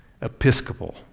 Episcopal